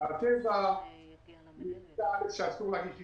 התזה ש --- שאסור להגיש הסתייגות,